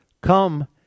come